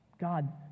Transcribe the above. God